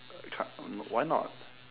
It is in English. ca~ why not